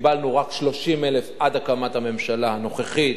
קיבלנו רק 30,000 עד הקמת הממשלה הנוכחית,